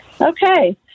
okay